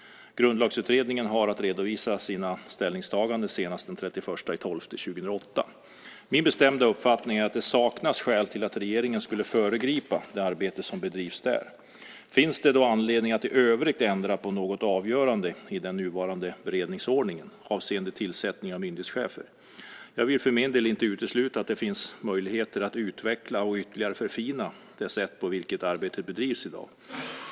Grundlagsutredningen har att redovisa sina ställningstaganden senast den 31 december 2008. Min bestämda uppfattning är att det saknas skäl till att regeringen skulle föregripa det arbete som bedrivs där. Finns det då anledning att i övrigt ändra på något avgörande i den nuvarande beredningsordningen avseende tillsättningar av myndighetschefer? Jag vill för min del inte utesluta att det finns möjligheter att utveckla och ytterligare förfina det sätt på vilket arbetet bedrivs i dag.